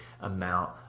amount